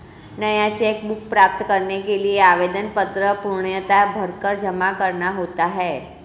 नया cheque book प्राप्त करने के लिए आवेदन पत्र पूर्णतया भरकर जमा करना होता है